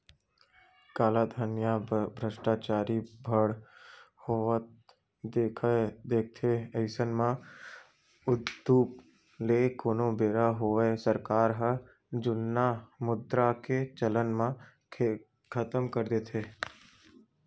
कालाधन या भस्टाचारी बड़ होवत दिखथे अइसन म उदुप ले कोनो बेरा होवय सरकार ह जुन्ना मुद्रा के चलन ल खतम कर देथे